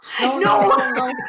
No